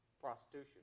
Prostitution